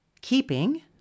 keeping